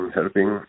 helping